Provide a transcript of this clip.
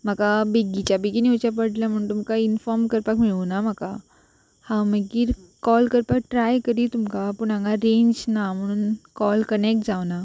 म्हाका बेगीच्या बेगीन येवचे पडलें म्हूण तुमकां इनफॉर्म करपाक मेळूं ना म्हाका हांव मागीर कॉल करपाक ट्राय करी तुमकां पूण हांगा रेंज ना म्हणून कॉल कनेक्ट जावंक ना